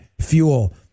fuel